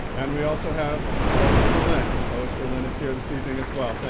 and we also have lois berlin lois berlin is here this evening as well